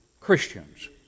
Christians